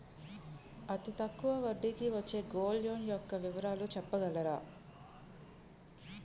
అతి తక్కువ వడ్డీ కి వచ్చే గోల్డ్ లోన్ యెక్క వివరాలు చెప్పగలరా?